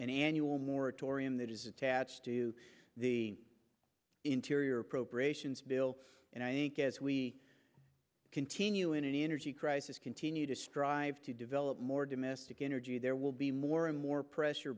and annual moratorium that is attached to the interior appropriations bill and i think as we continue in an energy crisis continue to strive to develop more domestic energy there will be more and more pressure